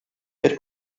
per